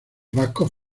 vascos